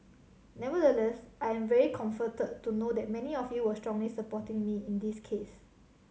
nevertheless I am very comforted to know that many of you were strongly supporting me in this case